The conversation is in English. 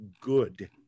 good